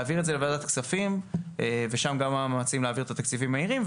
להעביר את זה לוועדת הכספים ושם גם מאמצים להעביר את התקציבים מהירים,